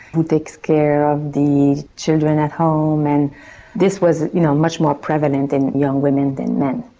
who takes care of the children at home, and this was you know much more prevalent in young women than men.